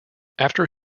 after